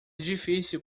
difícil